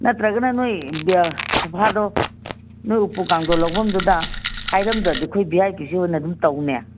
ꯅꯠꯇ꯭ꯔꯒꯅ ꯅꯣꯏ ꯁꯣꯐꯥꯗꯣ ꯅꯣꯏ ꯎꯄꯨ ꯀꯥꯡꯊꯣꯜ ꯂꯧꯕꯝꯗꯨꯗ ꯍꯥꯏꯔꯝꯗ꯭ꯔꯗꯤ ꯑꯩꯈꯣꯏ ꯚꯤ ꯑꯥꯏ ꯄꯤꯁꯤ ꯑꯣꯏꯅ ꯑꯗꯨꯝ ꯇꯧꯅꯦ